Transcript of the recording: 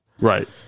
Right